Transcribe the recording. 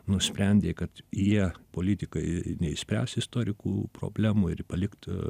nusprendė kad jie politikai neišspręs istorikų problemų ir palikt